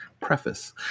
Preface